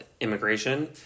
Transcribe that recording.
immigration